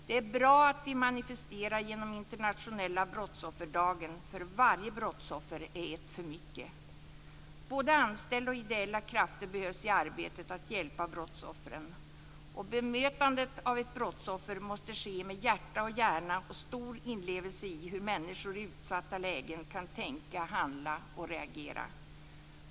Det är bra att vi manifesterar genom Internationella brottsofferdagen, för varje brottsoffer är ett för mycket. Både anställda och ideella krafter behövs i arbetet med att hjälpa brottsoffren. Bemötandet av ett brottsoffer måste ske med hjärta och hjärna och stor inlevelse i hur människor i utsatta lägen kan tänka, handla och reagera.